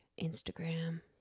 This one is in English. Instagram